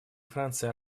франция